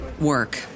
work